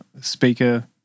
speaker